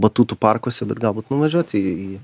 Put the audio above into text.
batutų parkuose bet galbūt nuvažiuoti į